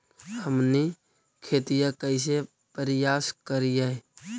हमनी खेतीया कइसे परियास करियय?